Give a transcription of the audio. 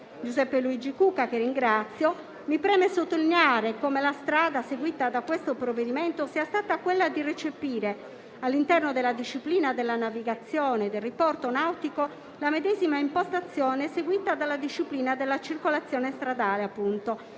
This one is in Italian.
Giuseppe Luigi Cucca, che ringrazio - mi preme sottolineare come la strada seguita da questo provvedimento sia stata quella di recepire, all'interno della disciplina della navigazione e del diporto nautico, la medesima impostazione seguita dalla disciplina della circolazione stradale,